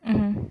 mmhmm